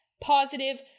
positive